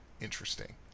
Interesting